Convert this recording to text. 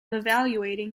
evaluating